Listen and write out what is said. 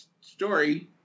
story